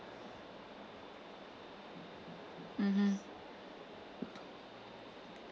mmhmm